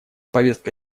повестка